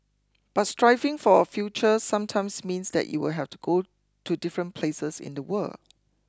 but striving for a future sometimes means that you will have to go to different places in the world